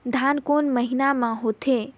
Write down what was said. धान कोन महीना मे होथे?